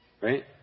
right